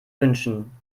wünschen